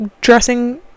dressing